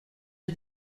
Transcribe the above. are